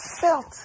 felt